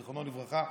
זיכרונו לברכה,